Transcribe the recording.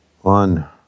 One